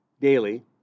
daily